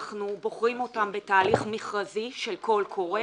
אנחנו בוחרים אותם בתהליך מכרזי של קול קורא.